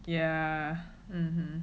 yeah hmm